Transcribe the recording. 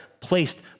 placed